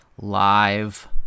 live